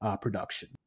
production